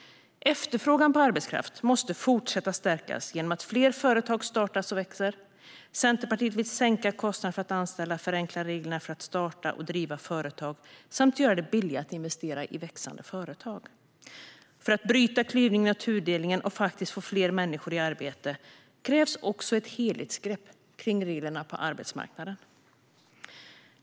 Efterfrågan på arbetskraft måste fortsätta stärkas genom att fler företag startas och växer. Centerpartiet vill sänka kostnaderna för att anställa, förenkla reglerna för att starta och driva företag samt göra det billigare att investera i växande företag. För att komma till rätta med klyvningen och tudelningen och få fler människor i arbete krävs också ett helhetsgrepp kring reglerna på arbetsmarknaden.